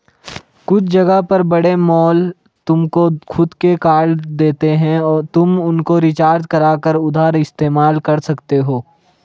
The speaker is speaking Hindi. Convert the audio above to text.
कुछ जगह पर बड़े मॉल तुमको खुद के कार्ड देते हैं तुम उनको रिचार्ज करा कर उधर इस्तेमाल कर सकते हो